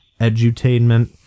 edutainment